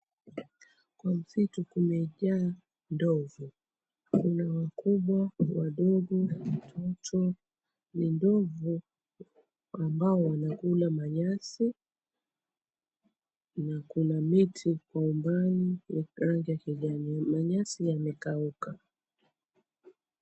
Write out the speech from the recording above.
Kwa msitu kumejaa ndovu. Kuna wakubwa, kuna wadogo watoto. Ni ndovu ambao wanakula manyasi na kuna miti kwa umbali ya rangi ya kijani. Manyasi yamekauka.